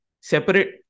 Separate